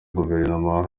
guverinoma